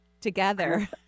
together